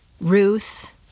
Ruth